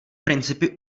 principy